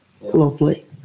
Lovely